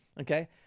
Okay